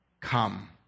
come